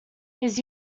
his